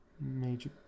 major